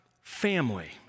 family